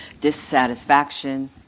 dissatisfaction